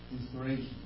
inspiration